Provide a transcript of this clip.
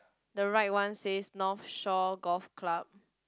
the right one says North Shore Golf Club